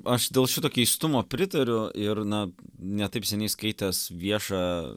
aš dėl šito keistumo pritariu ir na ne taip seniai skaitęs viešą